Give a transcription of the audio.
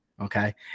Okay